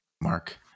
Mark